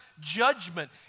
judgment